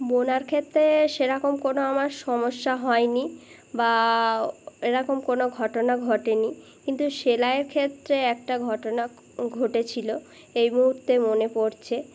বোনার ক্ষেত্রে সেরকম কোনো আমার সমস্যা হয় নি বা এরকম কোনো ঘটনা ঘটেনি কিন্তু সেলাইয়ের ক্ষেত্রে একটা ঘটনা ঘটেছিলো এই মুহুর্তে মনে পড়ছে